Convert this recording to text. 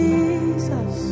Jesus